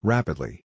Rapidly